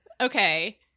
okay